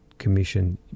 Commission